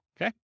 Okay